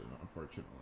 unfortunately